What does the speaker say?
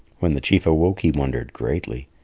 when the chief awoke, he wondered greatly.